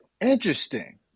Interesting